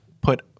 put